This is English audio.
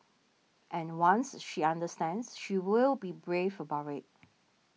and once she understands she will be brave about it